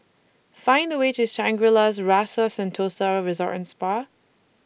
Find The fastest Way to Shangri La's Rasa Sentosa Resort and Spa